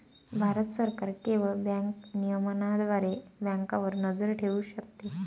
भारत सरकार केवळ बँक नियमनाद्वारे बँकांवर नजर ठेवू शकते